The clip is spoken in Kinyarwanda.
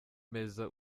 meza